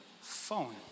phone